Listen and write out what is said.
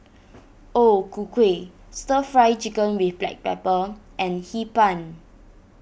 O Ku Kueh Stir Fry Chicken with Black Pepper and Hee Pan